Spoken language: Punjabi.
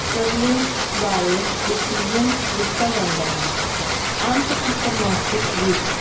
ਸਟਰਗਲਿੰਗ ਬਾਰੇ ਡਸੀਜਨ ਲਿਆ ਜਾਂਦਾ ਹੈ ਅੰਤਰਪਨੋਰਸ਼ਿਪ ਵਿੱਚ